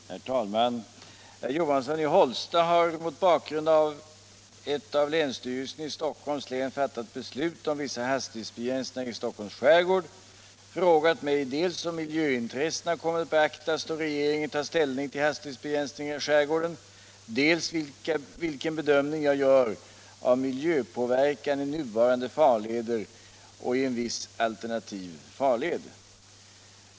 Herr talman! Herr Johansson i Hållsta har — mot bakgrund av ett av länsstyrelsen i Stockholms län fattat beslut om vissa hastighetsbegränsningar i Stockholms skärgård — frågat mig dels om miljöintressena kommer att beaktas då regeringen tar ställning till hastighetsbegränsningar i skärgården, dels vilken bedömning jag gör av miljöpåverkan i nuvarande farleder och i en viss alternativ farled.